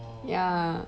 ya